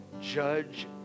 judge